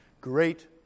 great